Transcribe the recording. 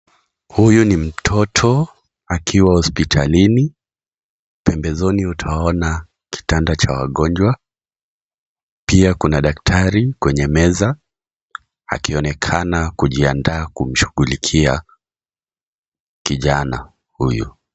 Huyu ni mtoto akiwa hospitalini. Pembezoni utaona kitanda cha wagonjwa, pia kuna daktari kwenye meza, akionekana kujiandaa kumshughulikia kijana huyu.